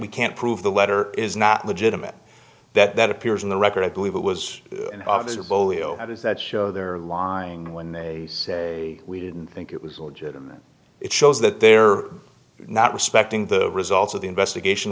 we can't prove the letter is not legitimate that appears in the record i believe it was an officer both does that show there are lying when they say we didn't think it was legitimate it shows that they're not respecting the results of the investigation